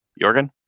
Jorgen